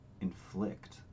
inflict